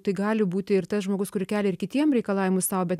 tai gali būti ir tas žmogus kuris kelia ir kitiem reikalavimus sau bet